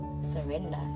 surrender